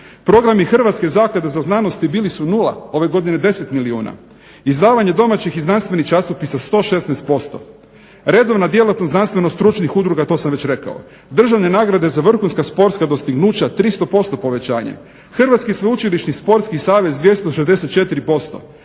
programi Hrvatske zaklade za znanost bili su nula, ove godine 10 milijuna. Izdavanje domaćih i znanstvenih časopisa 116%, redovna djelatnost znanstveno-stručnih udruga to sam već rekao, državne nagrade za vrhunska sportska dostignuća 300% povećanje. Hrvatski sveučilišni sportski savez 264%,